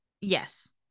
Yes